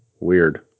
weird